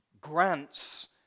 grants